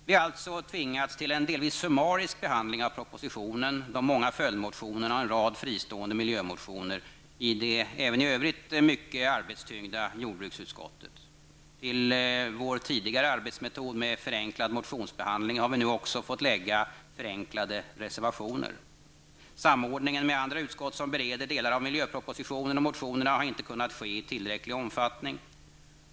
Vi har alltså tvingats till en delvis summarisk behandling av propositionen, de många följdmotionerna och en rad fristående miljömotioner i det även i övrigt mycket arbetstyngda jordbruksutskottet. Till vår tidigare arbetsmetod med förenklad motionsbehandling har vi nu också fått lägga förenklade reservationer. Samordningen med andra utskott som bereder delar av miljöpropositionen och motionerna har inte kunnat ske i tillräcklig omfattning.